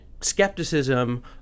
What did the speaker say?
skepticism